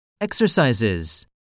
Exercises